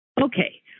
Okay